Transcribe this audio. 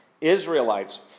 Israelites